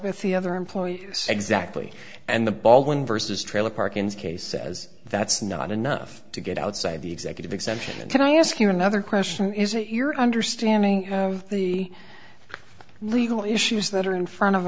the other employees exactly and the baldwin versus trailer park ins case says that's not enough to get outside the executive exemption and i ask you another question is it your understanding of the legal issues that are in front of